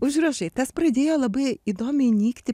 užrašai tas pradėjo labai įdomiai nykti